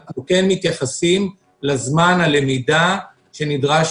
אנחנו כן מתייחסים לזמן הלמידה שנדרש